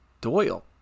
Doyle